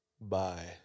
Bye